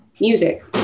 Music